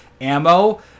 ammo